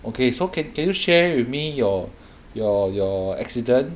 okay so can can you share with me your your your accident